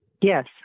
Yes